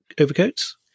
overcoats